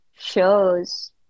shows